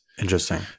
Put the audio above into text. interesting